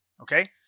okay